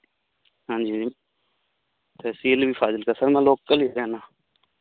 ਹਾਂਜੀ ਤਹਿਸੀਲ ਵੀ ਫਾਜ਼ਿਲਕਾ ਸਰ ਮੈਂ ਲੋਕਲ ਹੀ ਰਹਿਣਾ